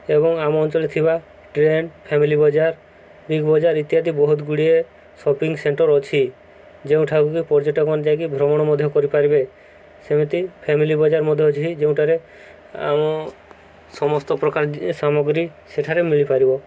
ଏବଂ ଆମ ଅଞ୍ଚଳରେ ଥିବା trend family Bazaar big Bazaar ଇତ୍ୟାଦି ବହୁତ ଗୁଡ଼ିଏ ସପିଂ ସେଣ୍ଟର ଅଛି ଯେଉଁଠାକୁ କିି ପର୍ଯ୍ୟଟନ ଯାଇକି ଭ୍ରମଣ ମଧ୍ୟ କରିପାରିବେ ସେମିତି ଫ୍ୟାମିଲି ବଜାର ମଧ୍ୟ ଅଛି ଯେଉଁଠାରେ ଆମ ସମସ୍ତ ପ୍ରକାର ସାମଗ୍ରୀ ସେଠାରେ ମିଳିପାରିବ